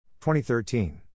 2013